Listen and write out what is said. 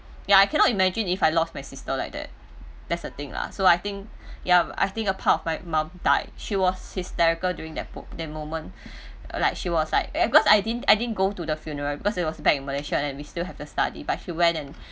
ya I cannot imagine if I lost my sister like that that's the thing lah so I think ya I think a part of my mum died she was hysterical during that po~ that moment like she was like because I didn't I didn't go the funeral because that was back in malaysia and then we still have to study but she went and